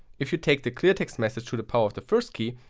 if you take the cleartext message to the power of the first key,